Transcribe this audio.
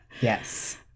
yes